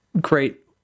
great